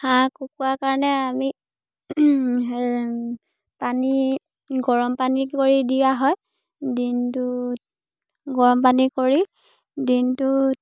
হাঁহ কুকুৰা কাৰণে আমি পানী গৰম পানী কৰি দিয়া হয় দিনটোত গৰম পানী কৰি দিনটোত